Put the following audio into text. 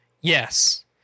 Yes